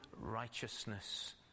righteousness